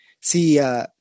see